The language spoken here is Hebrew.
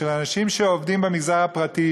של אנשים שעובדים במגזר הפרטי,